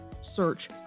Search